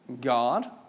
God